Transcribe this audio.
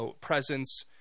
presence